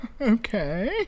Okay